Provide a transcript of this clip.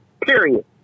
period